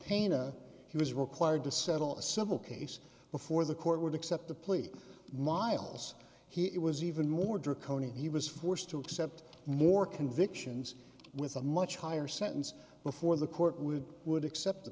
paina he was required to settle a civil case before the court would accept the plea miles he it was even more draconian he was forced to accept more convictions with a much higher sentence before the court would would accept the